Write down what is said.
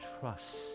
trust